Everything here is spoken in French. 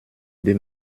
deux